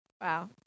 Wow